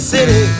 City